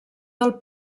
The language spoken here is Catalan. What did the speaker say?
del